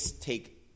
take